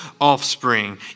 offspring